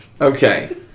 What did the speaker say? Okay